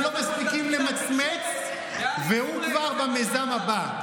אתם לא מספיקים למצמץ והוא כבר במיזם הבא.